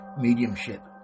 mediumship